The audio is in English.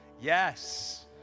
Yes